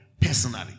personally